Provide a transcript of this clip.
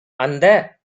அந்த